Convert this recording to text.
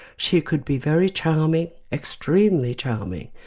she could be very charming, extremely charming,